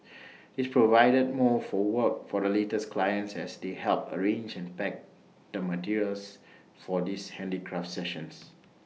this provided more for work for the latter's clients as they helped arrange and pack the materials for these handicraft sessions